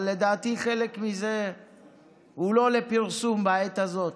אבל לדעתי חלק מזה הוא לא לפרסום בעת הזאת.